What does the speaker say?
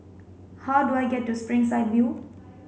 how do I get to Springside View